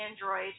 Android